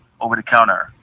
over-the-counter